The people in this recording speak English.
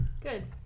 Good